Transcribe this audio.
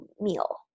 meal